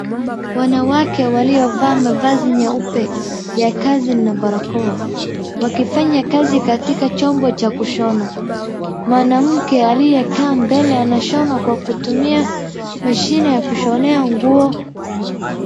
Wanawake waliovaa mavazi meupe ya kazi na barakoa ,wakifanya kazi katika chombo cha kushona. Mwanamke aliyekaa mbele anashona kwa kutumia mashine ya kushonea nguo.